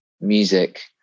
music